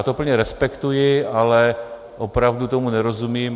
Já to plně respektuji, ale opravdu tomu nerozumím.